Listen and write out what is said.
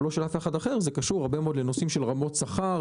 לא של אף אחד אחר זה קשור מאוד לנושאים של רמות שכר,